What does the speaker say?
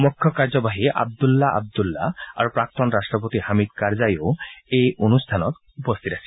মুখ্য কাৰ্যবাহী আন্দুলা আৰু প্ৰাক্তন ৰাষ্ট্ৰপতি হামিদ কাৰজায়ো এই অনুষ্ঠানত উপস্থিত আছিল